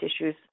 issues